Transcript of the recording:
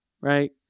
right